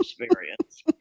experience